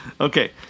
Okay